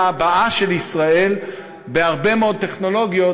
הבאה של ישראל בהרבה מאוד טכנולוגיות,